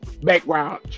background